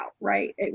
right